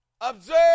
Observe